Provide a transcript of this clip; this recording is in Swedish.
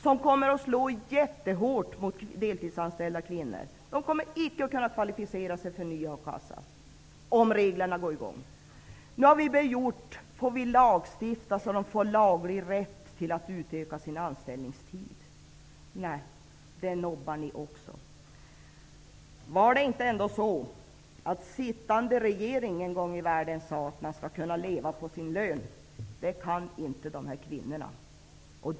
Det här kommer att slå mycket hårt mot deltidsanställda kvinnor. De kommer icke att kunna kvalificera sig för en ny akassa om de här reglerna börjar tillämpas. Vi har begärt en lagstiftning som ger de här kvinnorna laglig rätt att utöka sin anställningstid. Nej, den begäran nobbar ni också. Är det ändå inte så att sittande regering en gång i världen sagt att man skall kunna leva på sin lön? Det kan inte de här kvinnorna göra.